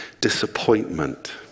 disappointment